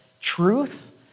truth